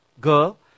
girl